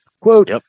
Quote